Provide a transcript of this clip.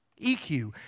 EQ